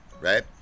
Right